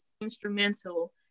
instrumental